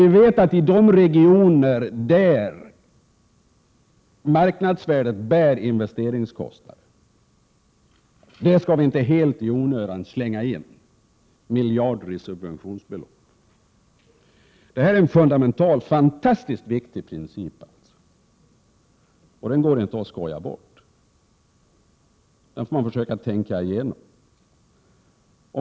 Vi vet att vi inte helt i onödan skall ta till miljardbelopp i subventionen för de regioner där marknadsvärdet bär investeringskostnaden. Detta är en fundamental och fantastiskt viktig princip, och den går det inte att skoja bort. Den måste man försöka tänka igenom.